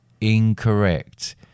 incorrect